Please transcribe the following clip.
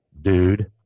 Dude